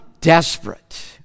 desperate